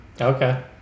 okay